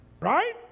Right